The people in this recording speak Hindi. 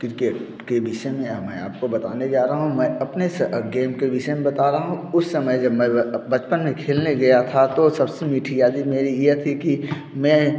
किर्केट के विषय में आपको बताने जा रहा हूँ मैं अपने से गेम के विषय में बता रहा हूँ उस समय जब मैं बचपन में खेलने गया था तो सबसे मीठी यादें मेरी यह थी कि मैं